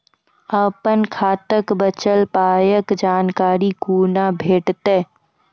अपन खाताक बचल पायक जानकारी कूना भेटतै?